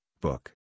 book